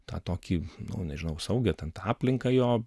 tą tokį nežinau saugią ten tą aplinką jo